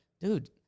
dude